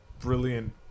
brilliant